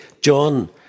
John